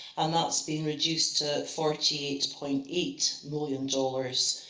and that's been reduced to forty eight point eight million dollars,